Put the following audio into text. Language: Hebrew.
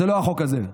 זה לא החוק הזה.